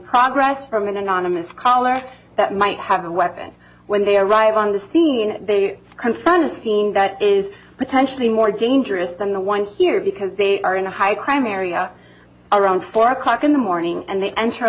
progress from an anonymous caller that might have a weapon when they arrive on the scene they confront a scene that is potentially more dangerous than the one here because they are in a high crime area around four o'clock in the morning and they enter